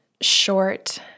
short